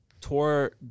tore